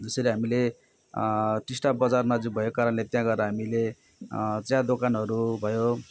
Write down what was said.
जसरी हामीले टिस्टा बजारमा जो भएको कारणले त्यहाँ गएर हामीले चिया दोकानहरू भयो